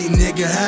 nigga